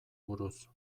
buruz